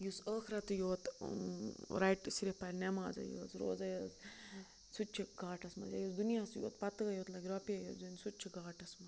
یُس ٲخرَتٕے یوت رَٹہِ صرف پَرِ نٮ۪مازَے یٲژ روزَے یٲژ سُہ تہِ چھِ گھاٹَس منٛز یا یُس دُنیاہٕسٕے یوت پَتٲے یوت لَگہِ رۄپیے یٲژ زینہِ سُہ تہِ چھِ گھاٹَس منٛز